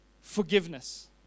forgiveness